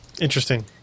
Interesting